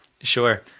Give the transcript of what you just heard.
Sure